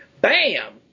Bam